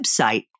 website